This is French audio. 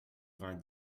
vingt